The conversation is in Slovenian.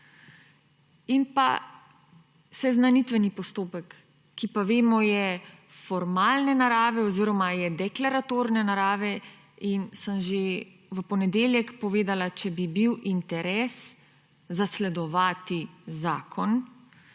in pa seznanitveni postopek, ki pa vemo, da je formalne narave oziroma je deklaratorne narave. Že v ponedeljek sem povedala, da če bi bil interes zasledovati zakon,